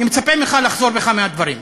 אני מצפה ממך לחזור בך מהדברים,